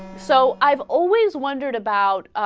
so i've always wondered about ah.